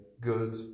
Good